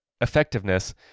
effectiveness